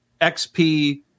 XP